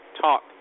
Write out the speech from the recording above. talk